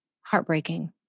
heartbreaking